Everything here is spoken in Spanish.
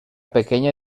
pequeña